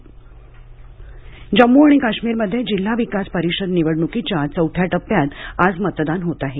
जम्म काश्मीर निवडणक जम्मू आणि काश्मीरमध्ये जिल्हा विकास परिषद निवडणुकीच्या चौथ्या टप्प्यात आज मतदान होत आहे